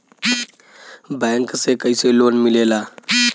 Bank से कइसे loan मिलेला?